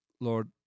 Lord